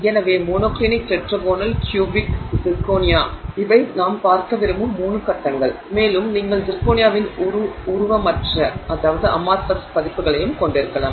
எனவே monoclinic tetragonal cubic zirconia இவை நாம் பார்க்க விரும்பும் மூன்று கட்டங்கள் மேலும் நீங்கள் சிர்கோனியாவின் உருவமற்ற பதிப்புகளையும் கொண்டிருக்கலாம்